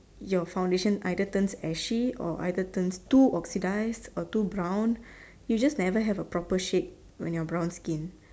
your foundation either turn ashy or either turn too oxides or too brown you just never have a proper shade when you are brown skin